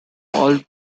alto